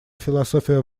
философия